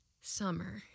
Summer